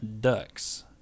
Ducks